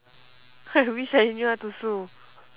I wish I knew how to sue